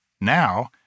Now